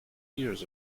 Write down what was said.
years